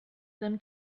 them